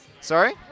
Sorry